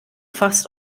fasst